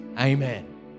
Amen